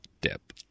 dip